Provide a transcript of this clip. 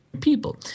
people